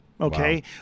Okay